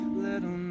little